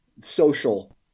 social